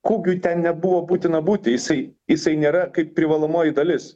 kūgiui ten nebuvo būtina būti jisai jisai nėra kaip privalomoji dalis